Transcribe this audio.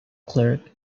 clerk